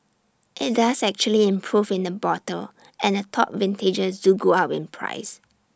IT does actually improve in the bottle and the top vintages do go up in price